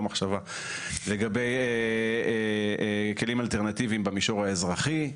מחשבה לגבי כלים אלטרנטיביים במישור האזרחי.